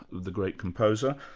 the great composer,